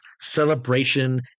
celebration